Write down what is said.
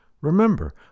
Remember